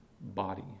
body